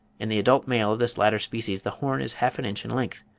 in the adult male of this latter species the horn is half an inch in length,